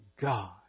God